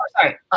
Sorry